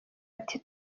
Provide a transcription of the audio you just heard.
ati